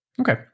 Okay